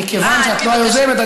מכיוון שאת לא היוזמת,